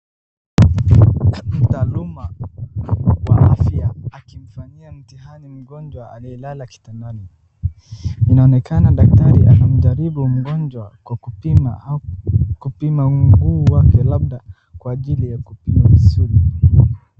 Mtaaluma wa afya akimfanyia mtihani mgonjwa aliyelala kitandani, inaonekana daktari anamjaribu mgonjwa kwa kupima mguu wake labda kwa ajili ya kupima misuli.